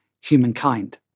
humankind